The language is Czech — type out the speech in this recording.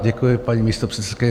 Ano, děkuji paní místopředsedkyně.